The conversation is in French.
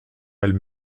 elles